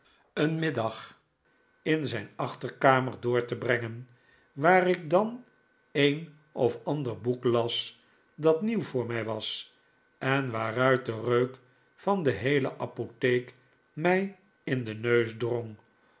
een middag in zijn achterkamer door te brengen waar ik dan een of ander boek las dat nieuw voor mij was en waaruit de reuk van de heele apotheek mij in den neus drong